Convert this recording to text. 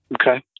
Okay